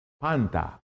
panta